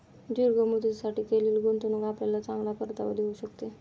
दीर्घ मुदतीसाठी केलेली गुंतवणूक आपल्याला चांगला परतावा देऊ शकते